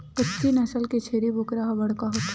कच्छी नसल के छेरी बोकरा ह बड़का होथे